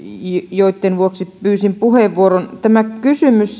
joitten vuoksi pyysin puheenvuoron tämä kysymys